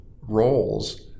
roles